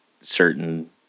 certain